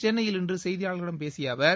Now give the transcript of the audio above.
சென்னையில் இன்று செய்திபாளர்களிடம் பேசிய அவர்